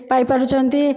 ପାଇ ପାରୁଛନ୍ତି